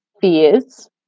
fears